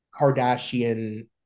Kardashian